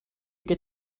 get